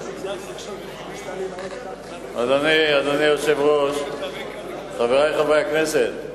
אדוני היושב-ראש, חברי חברי הכנסת,